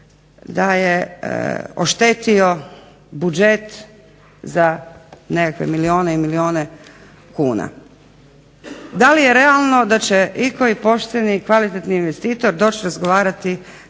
da je oštetio budžet za nekakve milijune i milijune kuna. Da li je realno da će ikoji pošteni i kvalitetni investitor doći razgovarati